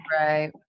Right